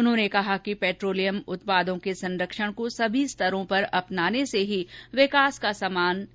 उन्होंने कहा कि पैट्रोलियम उत्पादों के संरक्षण को सभी स्तरों पर अपनाने से ही विकास का समान